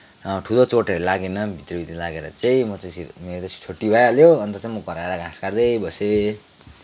ठुलो चोटहरू लागेन भित्रभित्रै लागेर चाहिँ म चाहिँ मेरो चाहिँ छुट्टी भइहाल्यो अन्त चाहिँ म घर आएर घाँस काट्दै बसेँ